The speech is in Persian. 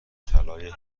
طلای